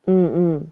mm mm